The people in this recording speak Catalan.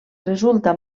resulta